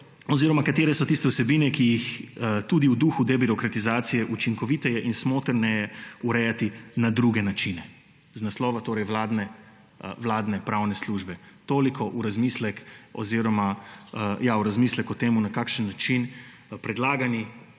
oziroma katere so tiste vsebine, ki jih tudi v duhu debirokratizacije učinkoviteje in smotrneje urejati na druge načine«. To z naslova vladne pravne službe. Toliko v razmislek oziroma, ja, v razmislek o tem, na kakšen način predlagani,